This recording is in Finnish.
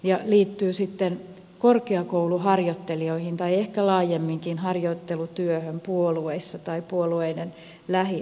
asia liittyy korkeakouluharjoittelijoihin tai ehkä laajemminkin harjoittelutyöhön puolueissa tai puolueiden lähiorganisaatioissa